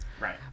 Right